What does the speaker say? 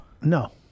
No